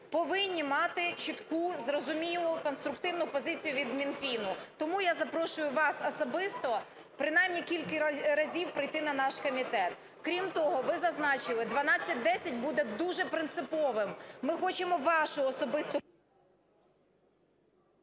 повинні мати чітку, зрозумілу, конструктивну позицію від Мінфіну. Тому я запрошую вас особисто принаймні кілька разів прийти на наш комітет. Крім того, ви зазначили, 1210 буде дуже принциповим. Ми хочемо вашу особисту…